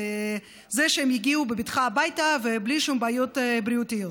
שהם יגיעו בבטחה הביתה ובלי שום בעיות בריאותיות.